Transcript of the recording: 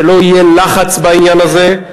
שלא יהיה לחץ בעניין הזה,